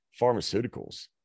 pharmaceuticals